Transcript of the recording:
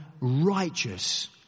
righteous